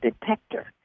detector